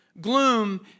Gloom